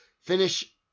finish